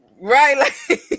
Right